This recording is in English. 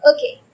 Okay